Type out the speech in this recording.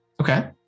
Okay